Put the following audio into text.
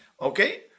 okay